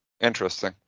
Interesting